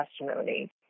testimony